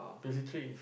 basically